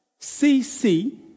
CC